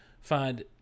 find